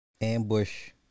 ambush